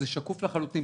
אגב, זה שקוף לחלוטין.